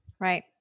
Right